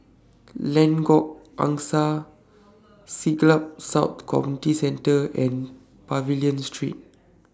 Lengkok Angsa Siglap South Community Centre and Pavilion Street